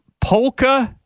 Polka